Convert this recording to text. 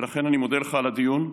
ולכן אני מודה לך על הדיון.